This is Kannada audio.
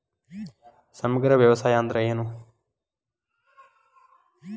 ಸಮಗ್ರ ವ್ಯವಸಾಯ ಅಂದ್ರ ಏನು?